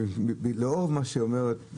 לאור מה שהיא אומרת,